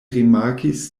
rimarkis